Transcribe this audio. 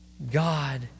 God